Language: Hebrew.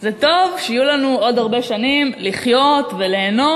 זה טוב שיהיו לנו עוד הרבה שנים לחיות וליהנות.